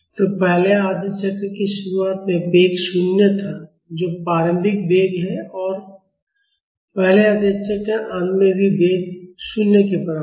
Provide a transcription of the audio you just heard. तो पहले आधे चक्र की शुरुआत में वेग 0 था जो प्रारंभिक वेग है और पहले आधे चक्र के अंत में भी वेग 0 के बराबर है